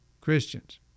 Christians